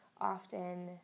often